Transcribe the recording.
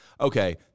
Okay